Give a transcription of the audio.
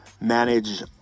manage